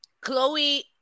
chloe